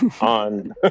on